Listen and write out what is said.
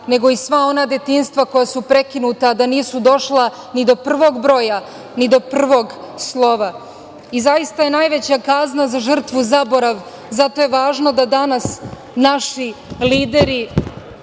nego i sva ona detinjstva koja su prekinuta a da nisu došla ni do prvog broja, ni do prvog slova. Zaista je najveća kazna za žrtvu zaborav. Zato je važno da danas naši lideri